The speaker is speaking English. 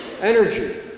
Energy